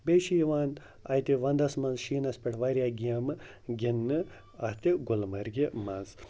بیٚیہِ چھِ یِوان اَتہِ وَنٛدَس منٛز شیٖنَس پٮ۪ٹھ واریاہ گیمہٕ گِنٛدنہٕ اَتھ یہِ گُلمَرگہِ منٛز